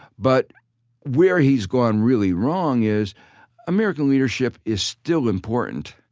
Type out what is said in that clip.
but where he's gone really wrong is american leadership is still important.